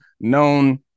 known